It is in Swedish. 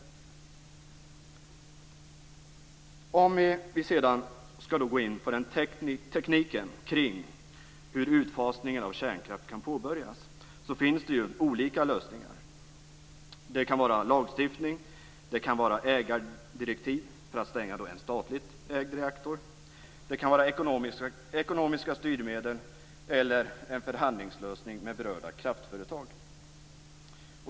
Låt mig sedan gå in på tekniken kring hur utfasningen av kärnkraft kan påbörjas. Det finns olika lösningar. Det kan vara lagstiftning. Det kan handla om ägardirektiv om man stänger en statligt ägd reaktor. Det kan vara ekonomiska styrmedel eller en förhandlingslösning med berörda kraftföretag.